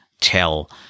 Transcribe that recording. tell